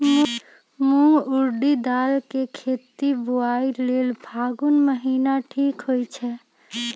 मूंग ऊरडी दाल कें खेती बोआई लेल फागुन महीना ठीक होई छै